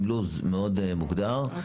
עם לוז מאוד מוגדר,